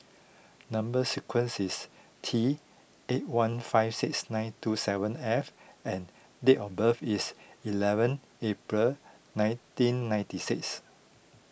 Number Sequence is T eight one five six nine two seven F and date of birth is eleven April nineteen ninety six